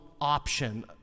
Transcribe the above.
option